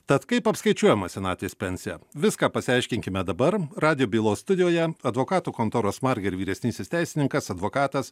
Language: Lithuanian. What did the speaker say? tad kaip apskaičiuojama senatvės pensija viską pasiaiškinkime dabar radijo bylos studijoje advokatų kontoros marger vyresnysis teisininkas advokatas